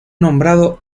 nombrado